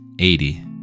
eighty